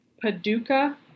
Paducah